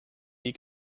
wie